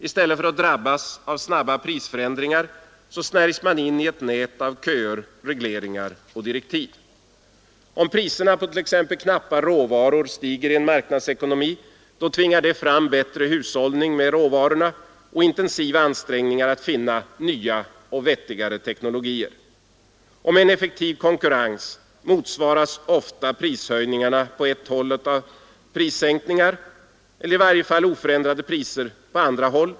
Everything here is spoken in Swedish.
I stället för att drabbas av snabba prisförändringar snärjs man in i ett nät av köer, regleringar och direktiv. Om priserna på t.ex. knappa råvaror stiger i en marknadsekonomi, tvingar det fram bättre hushållning med råvarorna och intensiva ansträngningar att finna nya och vettigare teknologier. Och med en effektiv konkurrens motsvaras ofta prishöjningarna på ett håll av prissänkningar, eller i varje fall oförändrade priser, på andra håll.